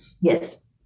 Yes